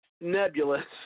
nebulous